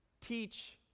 Teach